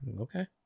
okay